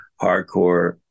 hardcore